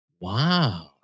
Wow